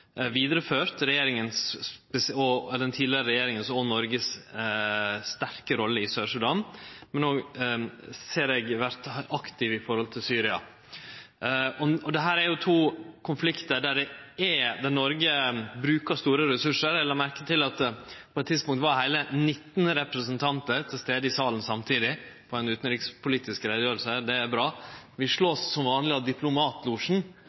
den tidlegera regjeringa og Noreg si sterke rolle i Sør-Sudan, men òg vore aktiv i forhold til Syria. Dette er to konfliktar der Noreg bruker store ressursar. Eg la merke til at på eit tidspunkt var heile 19 representantar til stades i salen samtidig på ei utanrikspolitisk utgreiing. Det er bra. Vi vert som vanleg slått av diplomatlosjen,